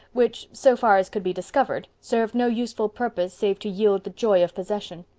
which, so far as could be discovered, served no useful purpose save to yield the joy of possession.